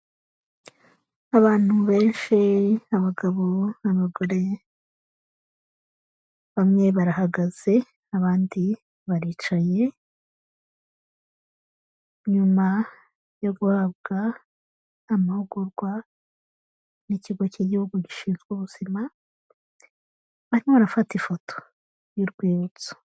Abantu benshi, abagabo n'abagore, bamwe barahagaze, abandi baricaye, nyuma yo guhabwa amahugurwa n'ikigo cy'igihugu gizwe ubuzima, barimo barafata ifoto y'urwibutso.